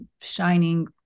shining